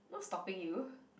not stopping you